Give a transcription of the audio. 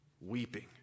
weeping